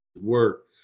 work